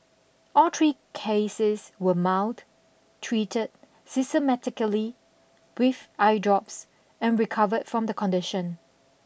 all three cases were mild treated sysematically with eye drops and recovered from the condition